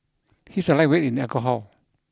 he is a lightweight in alcohol